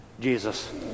Jesus